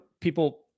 people